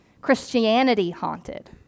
Christianity-haunted